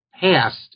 past